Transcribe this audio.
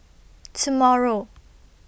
tomorrow